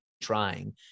trying